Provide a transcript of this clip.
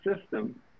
system